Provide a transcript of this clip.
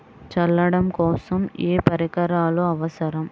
చల్లడం కోసం ఏ పరికరాలు అవసరం?